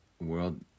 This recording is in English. world